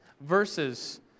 verses